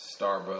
Starbucks